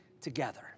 together